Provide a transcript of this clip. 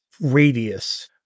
radius